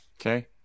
Okay